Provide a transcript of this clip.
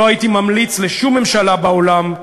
לא הייתי ממליץ לשום ממשלה בעולם,